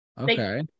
Okay